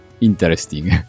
interesting